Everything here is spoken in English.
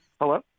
Hello